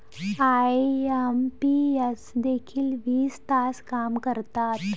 IMPS देखील वीस तास काम करतात?